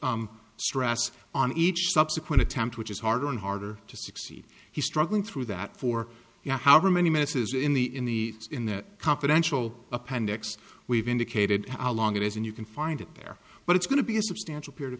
stress on each subsequent attempt which is harder and harder to succeed he's struggling through that for you however many messes in the in the in the confidential appendix we've indicated how long it is and you can find it there but it's going to be a substantial period of